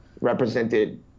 represented